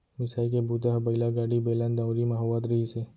मिसाई के बूता ह बइला गाड़ी, बेलन, दउंरी म होवत रिहिस हे